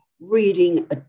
reading